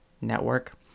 network